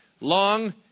Long